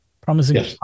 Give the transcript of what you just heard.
promising